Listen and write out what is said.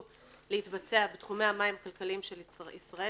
להתבצע בתחומי המים הכלכליים של ישראל,